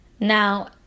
Now